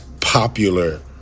popular